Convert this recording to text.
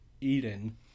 Eden